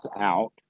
out